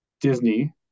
Disney